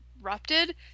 interrupted